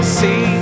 see